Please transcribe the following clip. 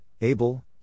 Abel